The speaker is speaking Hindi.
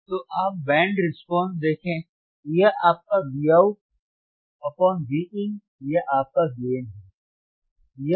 तो आप बैंड रिस्पांस देखें यह आपका Vout Vin या आपका गेन है